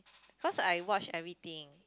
cause I watch everything